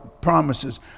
promises